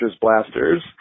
blasters